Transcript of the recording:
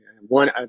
one